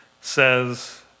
says